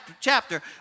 chapter